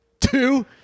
Two